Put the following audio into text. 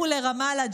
לכו לרמאללה,